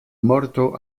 morto